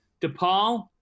DePaul